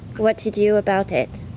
what to do about it.